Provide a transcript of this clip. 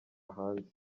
hanze